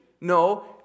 No